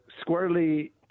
squarely